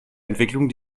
entwicklung